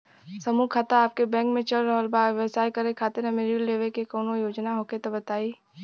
समूह खाता आपके बैंक मे चल रहल बा ब्यवसाय करे खातिर हमे ऋण लेवे के कौनो योजना होखे त बताई?